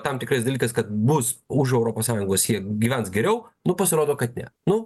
tam tikrais dalykais kad bus už europos sąjungos jie gyvens geriau nu pasirodo kad tie nu